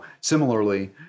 similarly